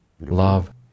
Love